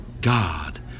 God